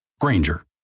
Granger